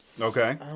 Okay